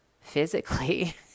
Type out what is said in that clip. physically